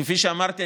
כפי שאמרתי,